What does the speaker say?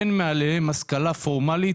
אין מעליהם השכלה פורמלית,